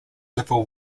level